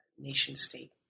nation-state